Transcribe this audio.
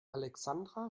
alexandra